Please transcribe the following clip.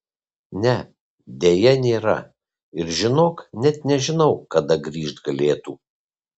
ne deja nėra ir žinok net nežinau kada grįžt galėtų